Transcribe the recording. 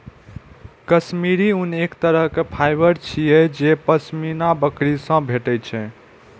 काश्मीरी ऊन एक तरहक फाइबर छियै जे पश्मीना बकरी सं भेटै छै